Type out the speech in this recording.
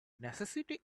necessity